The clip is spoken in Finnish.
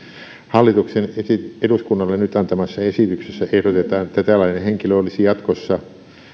hallituksen eduskunnalle nyt antamassa esityksessä ehdotetaan että tällainen henkilö olisi jatkossa